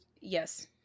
yes